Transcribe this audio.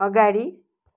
अगाडि